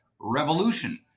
Revolution